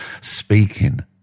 Speaking